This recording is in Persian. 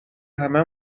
همه